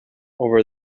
over